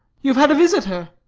you have had a visitor.